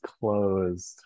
closed